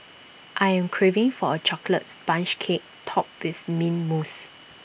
I am craving for A Chocolate Sponge Cake Topped with Mint Mousse